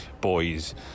boys